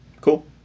Cool